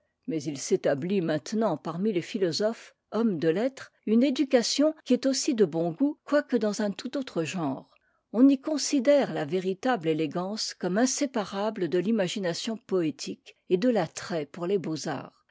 mais il s'établit maintenant parmi les philosophes hommes de lettres une éducation qui est aussi de ton goût quoique dans un tout autre genre on y considère la véritable élégance comme inséparable de l'imagination poétique et de l'attrait pour les beaux-arts